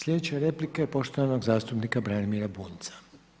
Slijedeća replika je poštovanog zastupnika Branimira Bunjca.